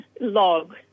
log